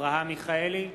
אברהם מיכאלי,